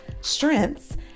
strengths